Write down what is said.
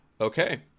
okay